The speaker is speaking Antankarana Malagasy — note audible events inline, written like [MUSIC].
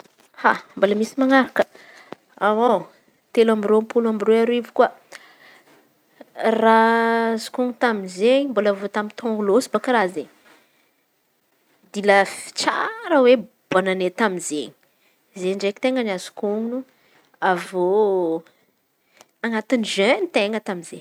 [HESITATION] Mbola misy man̈araka, [HESITATION] telo amby roapolo amby aroa arivo koa. Raha azoko on̈o tamy izey mbola vô tamy taôn̈o lôtsa bôaka raha zey dilefy tsara oe bônane tamy izey zey ndreky ten̈a azoko on̈o avyeo anaty izen̈y ten̈a tamizey.